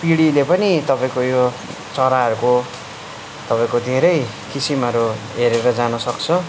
पिँढीले पनि तपाईँको यो चराहरूको तपाईँको धेरै किसिमहरू हेरेर जान सक्छ